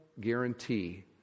guarantee